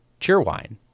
CheerWine